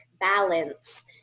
balance